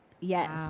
Yes